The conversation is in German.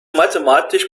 mathematisch